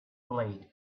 blade